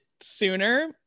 sooner